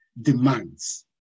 demands